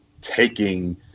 taking